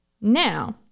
Now